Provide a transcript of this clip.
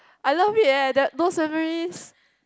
I love it eh that those memories